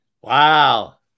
wow